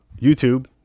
YouTube